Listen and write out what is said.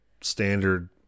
standard